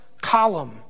column